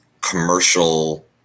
commercial